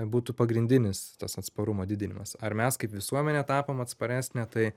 būtų pagrindinis tas atsparumo didinimas ar mes kaip visuomenė tapom atsparesnė tai